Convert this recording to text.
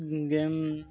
game